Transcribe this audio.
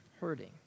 hurting